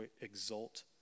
exult